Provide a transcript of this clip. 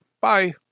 Bye